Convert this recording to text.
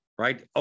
right